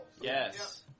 Yes